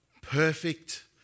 Perfect